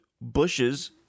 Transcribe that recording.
bushes